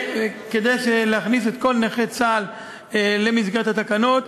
כדי להכניס את כל נכי צה"ל למסגרת התקנות.